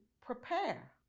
prepare